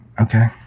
okay